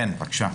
בבקשה.